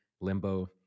Limbo